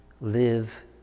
live